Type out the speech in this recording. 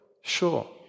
sure